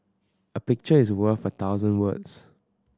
a picture is worth a thousand words